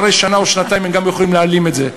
אחרי שנה או שנתיים הם גם יכולים להעלים את זה.